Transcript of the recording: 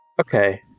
Okay